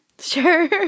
Sure